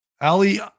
Ali